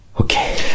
Okay